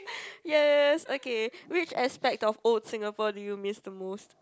yes okay which aspect of old Singapore do you miss the most